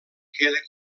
queda